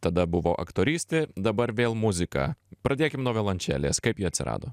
tada buvo aktorystė dabar vėl muzika pradėkim nuo violončelės kaip ji atsirado